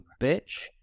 bitch